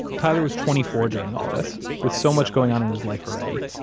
tyler was twenty four during all this, with so much going on in his life already.